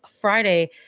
Friday